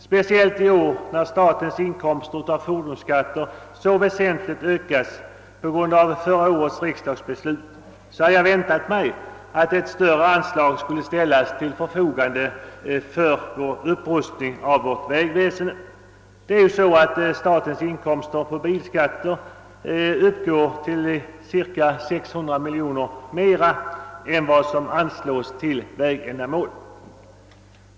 Speciellt i år, när statens inkomster av fordonsskatten så väsentligt har ökats på grund av förra årets riksdagsbeslut, hade jag väntat mig att större anslag skulle ställas till förfogande för upprustning av vårt vägväsende, Statens inkomster av bilskatter uppgår ju till cirka 600 miljoner kronor mer än vad som anslås till vägändamål.